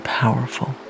powerful